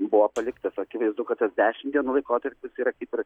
buvo paliktas akivaizdu kad tas dešimt dienų laikotarpis yra kaip ir